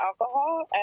alcohol